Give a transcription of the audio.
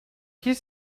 his